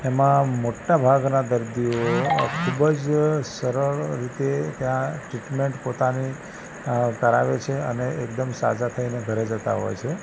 એમાં મોટાભાગના દર્દીઓ ખૂબ જ સરળ રીતે ત્યાં ટ્રીટમેન્ટ પોતાની અ કરાવે છે અને એકદમ સાજા થઈને ઘરે જતાં હોય છે